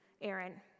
Aaron